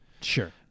sure